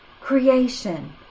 creation